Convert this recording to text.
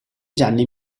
gianni